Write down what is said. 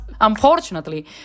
unfortunately